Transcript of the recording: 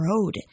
Road